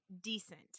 decent